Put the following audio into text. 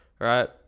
Right